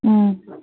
ꯑꯪ